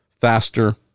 faster